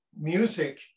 music